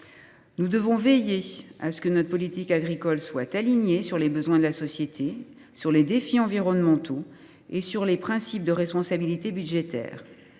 Nous devons veiller à ce que notre politique agricole soit alignée sur les besoins de la société, sur les défis environnementaux et sur les principes de responsabilité budgétaire.